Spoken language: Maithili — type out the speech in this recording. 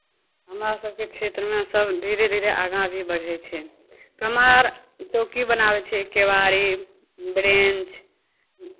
हमरा सभके क्षेत्रमे सभ धीरे धीरे आगाँ भी बढ़ै छै कमार चौकी बनाबै छै केबाड़ी ब्रेंच